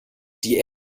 die